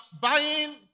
buying